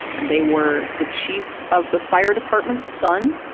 and they were the chief of the fire department's son,